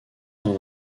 sans